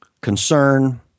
concern